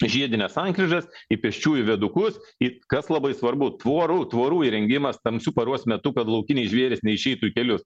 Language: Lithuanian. žiedines sankryžas į pėsčiųjų viadukus ir kas labai svarbu tvorų tvorų įrengimas tamsiu paros metu kad laukiniai žvėrys neišeitų į kelius